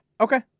Okay